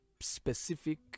specific